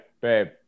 babe